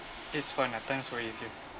it's fun ah times were easy